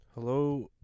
Hello